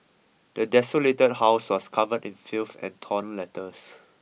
the desolated house was covered in filth and torn letters